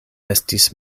estis